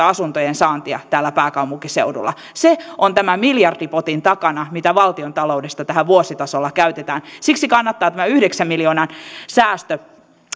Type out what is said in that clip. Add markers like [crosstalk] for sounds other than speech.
[unintelligible] asuntojen saantia täällä pääkaupunkiseudulla se on tämän miljardipotin takana mitä valtiontaloudesta tähän vuositasolla käytetään siksi kannattaa tämä yhdeksän miljoonan säästö